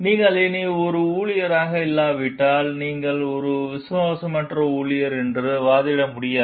நீங்கள் இனி ஒரு ஊழியராக இல்லாவிட்டால் நீங்கள் ஒரு விசுவாசமற்ற ஊழியர் என்று வாதிட முடியாது